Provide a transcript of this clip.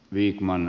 vihmanen